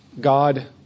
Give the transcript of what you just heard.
God